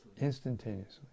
Instantaneously